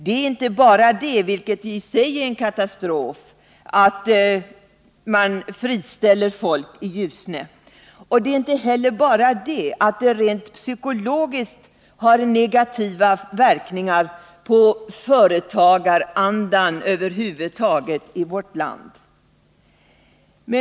Det är inte bara det — vilket i och för sig är en katastrof — att man friställer folk i Ljusne, och det är inte heller bara det att detta rent psykologiskt får negativa verkningar på företagarandan över huvud taget i vårt land.